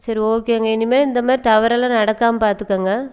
சரி ஓகேங்க இனிமேல் இந்தமாதிரி தவறெல்லாம் நடக்காமல் பார்த்துக்கங்க